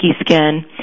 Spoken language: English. skin